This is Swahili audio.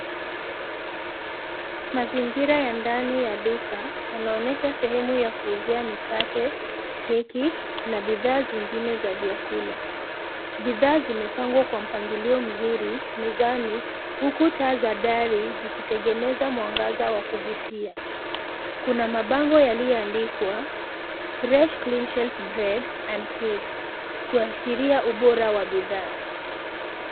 Mazingira ya ndani ya duka yanaonyesha sehemu ya kuuzia mikate, keki na bidhaa zingine za vyakula. Bidhaa zimepangwa kwa mpangilio mzuri mezani huku taa za gari zikitengeneza mwangaza wa kuvutia. Kuna mabango yaliyoandikwa fresh cleanshelf bread and cakes kuashiria ubora wa bidhaa.